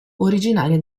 originaria